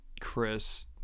Chris